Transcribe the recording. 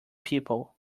people